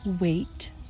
wait